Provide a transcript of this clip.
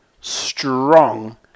strong